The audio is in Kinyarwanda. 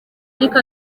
ariko